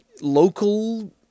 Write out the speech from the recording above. local